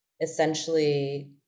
essentially